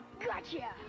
Gotcha